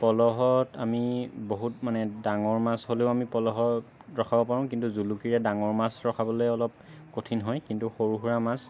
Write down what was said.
পলহত আমি বহুত মানে ডাঙৰ মাছ হ'লেও আমি পলহত ৰখাব পাৰোঁ কিন্তু জুলুকিৰে ডাঙৰ মাছ ৰখাবলৈ অলপ কঠিন হয় কিন্তু সৰু সুৰা মাছ